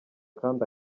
kandi